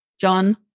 John